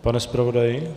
Pane zpravodaji?